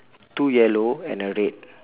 two yellow and a red